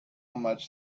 much